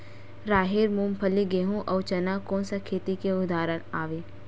राहेर, मूंगफली, गेहूं, अउ चना कोन सा खेती के उदाहरण आवे?